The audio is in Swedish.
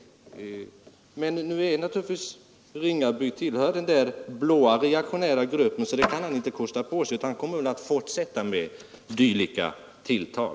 Men nu tillhör givetvis herr Ringaby den där mörkblåa reaktionära gruppen, så något sådant kan han inte kosta på sig, utan han kommer väl att fortsätta med sina tilltag.